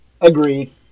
Agreed